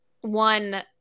one